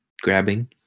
grabbing